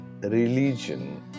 religion